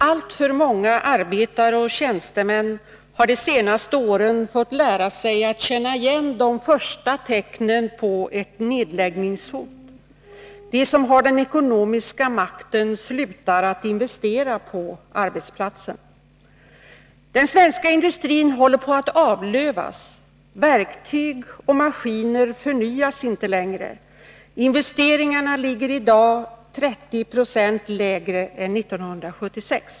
Alltför många arbetare och tjänstemän har de senaste åren fått lära sig att känna igen de första tecknen på ett nedläggningshot — de som har den ekonomiska makten slutar att investera på arbetsplatsen. Den svenska industrin håller på att avlövas. Verktyg och maskiner förnyas inte längre. Investeringarna ligger i dag 30 20 lägre än 1976.